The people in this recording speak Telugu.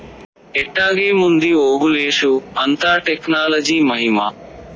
ఎట్టాగేముంది ఓబులేషు, అంతా టెక్నాలజీ మహిమా